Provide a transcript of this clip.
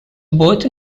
both